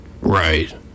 Right